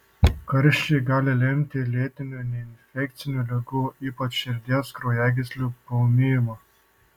karščiai gali lemti lėtinių neinfekcinių ligų ypač širdies kraujagyslių paūmėjimą